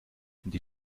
die